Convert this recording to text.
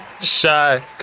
Shy